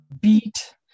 beat